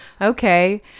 Okay